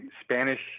Spanish